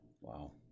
Wow